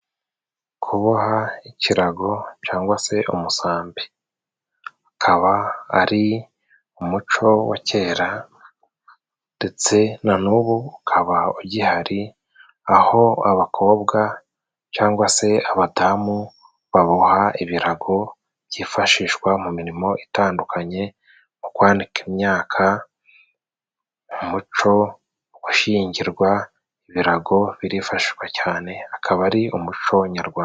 Kuboha ikirago cangwa se umusambi akaba ari umuco wa kera ndetse na nubu ukaba ugihari aho abakobwa cangwa se abadamu baboha ibirago byifashishwa mu mirimo itandukanye mu kwanika imyaka mu muco gushingirwa ibirago birifashishwa cane akaba ari umuco nyarwanda.